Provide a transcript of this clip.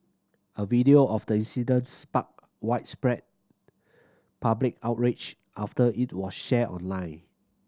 a video of the incident sparked widespread public outrage after it was shared online